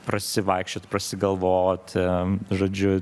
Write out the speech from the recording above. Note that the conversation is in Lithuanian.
prasivaikščiot prasigalvot žodžiu